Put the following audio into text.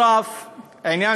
נוסף על כך, בעניין